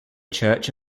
church